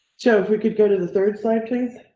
so, if we could go to the third slide, please.